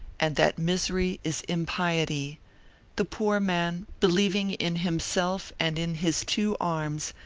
and that misery is impiety the poor man, believing in himself and in his two arms,